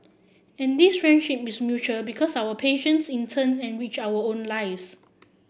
and this friendship is mutual because our patients in turn enrich our own lives